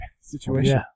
situation